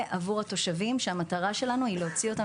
עבור התושבים כאשר המטרה שלנו היא להוציא אותם